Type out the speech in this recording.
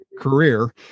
career